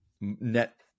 net